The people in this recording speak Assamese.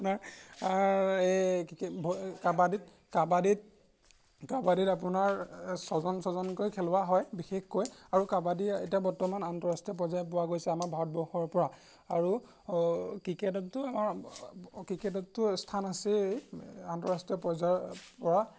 আপোনাৰ আৰ এই এই কাবাডীত কাবাডীত কাবাডীত আপোনাৰ ছজন ছজনকৈ খেলোৱা হয় বিশেষকৈ আৰু কাবাডী এতিয়া বৰ্তমান আন্তঃৰাষ্ট্ৰীয় পৰ্যায়ত পোৱা গৈছে আমাৰ ভাৰতবৰ্ষৰ পৰা আৰু ক্ৰিকেটতো আমাৰ ক্ৰিকেটততো স্থান আছেই আন্তঃৰাষ্ট্ৰীয় পৰ্যায়ৰ পৰা